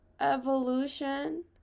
evolution